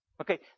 Okay